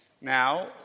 Now